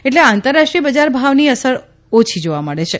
એટલે આંતરરાષ્ટ્રીય બજારભાવની અસર ઓછી જોવા મળે છે